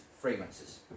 fragrances